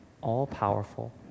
all-powerful